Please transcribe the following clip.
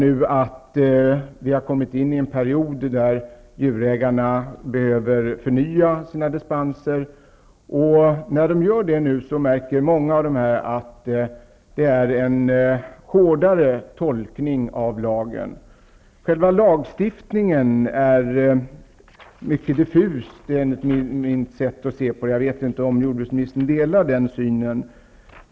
Nu har man kommit in i en period där djurägarna behöver förnya sina dispenser. Många av djurägarna märker att det nu sker en hårdare tolkning av lagen. Själva lagstiftningen är diffus, enligt mitt sätt att se. Jag vet inte om jordbruksministern delar den synpunkten.